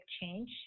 change